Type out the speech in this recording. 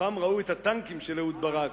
פעם ראו את הטנקים של אהוד ברק,